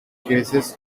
cases